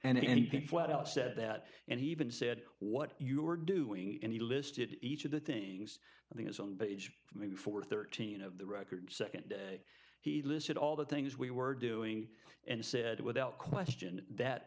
can flat out said that and he even said what you were doing and he listed each of the things i think it's on but age for thirteen of the record nd he listed all the things we were doing and said without question that